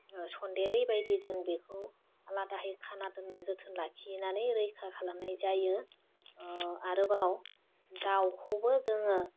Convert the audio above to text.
सन्देरै बायदि जों बेखौ आलादाहै खाना दोनना जोथोन लाखिनानै रैखा खालामनाय जायो आरोबाव दावखौबो जोङो